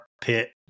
pit